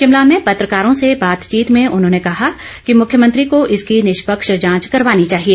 शिमला में पत्रकारों से बातचीत में उन्होंने कहा कि मुख्यमंत्री को इसकी निष्पक्ष जांच करवानी चाहिए